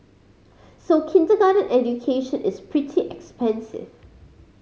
so kindergarten education is pretty expensive